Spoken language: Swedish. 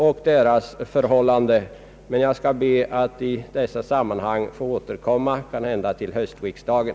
Jag ber alltså att i det sammanhanget få återkomma, kanhända under höstriksdagen.